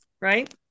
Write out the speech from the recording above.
right